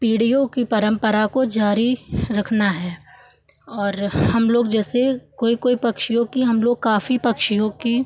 पीढ़ियों की परम्परा को जारी रखना है और हमलोग जैसे कोई कोई पक्षी की हमलोग काफ़ी पक्षियों की